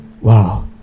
Wow